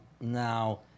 now